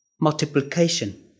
multiplication